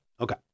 Okay